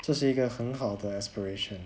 这是一个很好的 aspiration